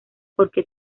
porque